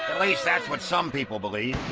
at least, that's what some people believe.